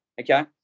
okay